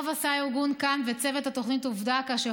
טוב עשה הארגון עד כאן וצוות התוכנית עובדה כאשר